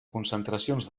concentracions